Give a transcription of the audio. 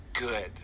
good